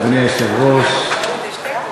אדוני היושב-ראש,